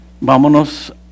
Vámonos